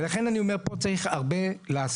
לכן אני אומר פה צריך הרבה לעשות,